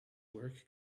work